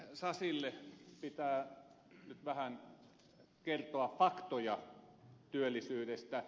sasille pitää nyt vähän kertoa faktoja työllisyydestä